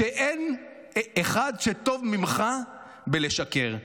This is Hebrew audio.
שאין אחד שטוב ממך בלשקר.